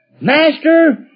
Master